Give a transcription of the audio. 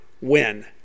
win